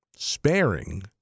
sparing